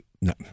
no